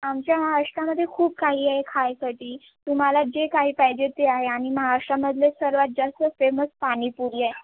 आमच्या नाशकामध्ये खूप काही आहे खायसाठी तुम्हाला जे काही पाहिजे ते आहे आणि महाराष्ट्रामधले सर्वात जास्त फेमस पाणीपुरी आहे